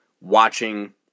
watching